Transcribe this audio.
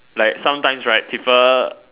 like sometimes right people